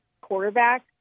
quarterback